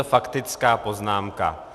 Faktická poznámka.